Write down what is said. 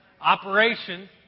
Operation